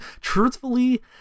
Truthfully